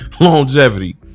longevity